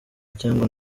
cyangwa